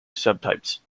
subtypes